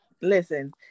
Listen